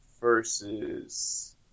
versus